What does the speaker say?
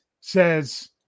says